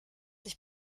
ich